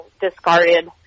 discarded